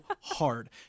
hard